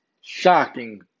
shocking